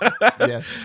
Yes